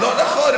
לא נכון.